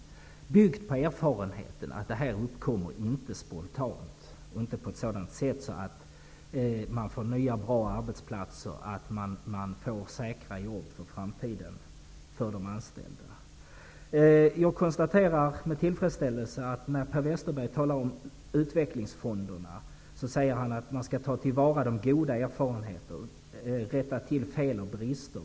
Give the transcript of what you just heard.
Det byggde på erfarenheten att sådana satsningar inte uppkommer spontant och inte görs på ett sådant sätt att man får säkra jobb för framtiden för de anställda. Jag konstaterar med tillfredsställelse att Per Westerberg säger att man skall ta till vara de goda erfarenheterna av utvecklingsfonderna och rätta till fel och brister.